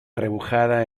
arrebujada